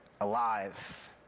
alive